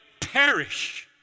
perish